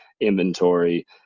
inventory